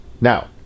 Now